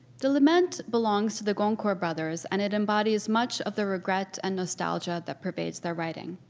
the lament belongs to the goncourt brothers and it embodies much of the regret and nostalgia that pervades their writing.